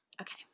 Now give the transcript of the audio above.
Okay